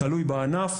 תלוי בענף.